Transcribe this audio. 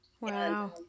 Wow